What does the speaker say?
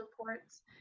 reports